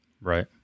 Right